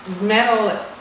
metal